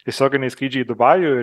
tiesioginiai skrydžiai į dubajų